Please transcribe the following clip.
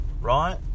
right